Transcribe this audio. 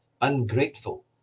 ungrateful